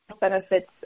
benefits